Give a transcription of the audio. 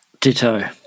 Ditto